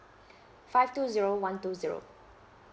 five two zero one two zero